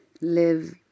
live